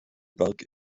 berg